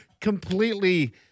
completely